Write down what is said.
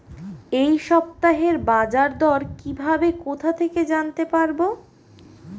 এই সপ্তাহের বাজারদর কিভাবে কোথা থেকে জানতে পারবো?